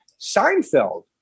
Seinfeld